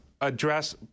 address